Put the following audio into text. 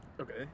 okay